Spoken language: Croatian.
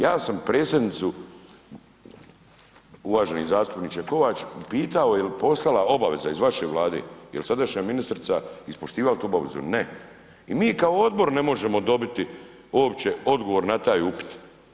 Ja sam predsjednicu, uvaženi zastupniče Kovač pitao jel poslala, obaveza iz vaše vlade, jel sadašnja ministrica ispoštivala tu obavezu, ne i mi kao odbor ne možemo dobiti uopće odgovor na taj upit.